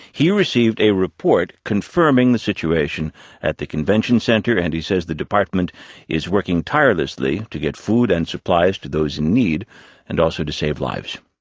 he received a report confirming the situation at the convention center. and he says the department is working tirelessly to get food and supplies to those in need and also to save lives